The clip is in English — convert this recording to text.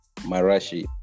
Marashi